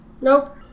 Nope